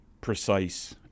precise